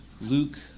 Luke